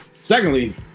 Secondly